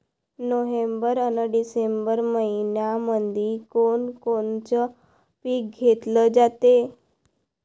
November अन December मइन्यामंधी कोण कोनचं पीक घेतलं जाते?